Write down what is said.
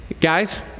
Guys